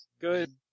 good